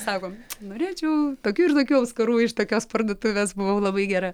sakom norėčiau tokių ir tokių auskarų iš tokios parduotuvės buvau labai gera